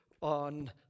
on